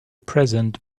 present